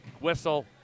whistle